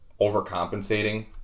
overcompensating